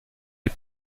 les